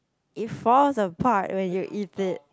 it falls apart when you eat it